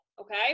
okay